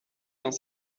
dans